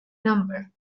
number